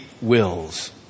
wills